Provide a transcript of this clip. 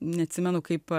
neatsimenu kaip